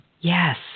Yes